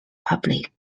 public